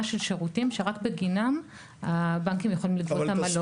של שירותים שרק בגינם הבנקים יכולים לגבות עמלות.